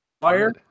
fire